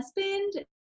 husband